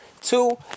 Two